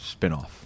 spinoff